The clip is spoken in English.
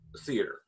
theater